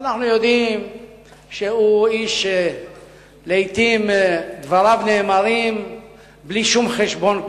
אנחנו יודעים שהוא איש שלעתים דבריו נאמרים בלי שום חשבון,